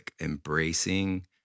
embracing